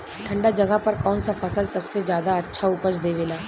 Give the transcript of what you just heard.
ठंढा जगह पर कौन सा फसल सबसे ज्यादा अच्छा उपज देवेला?